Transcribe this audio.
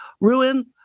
Ruin